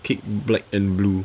kick black and blue